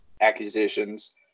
accusations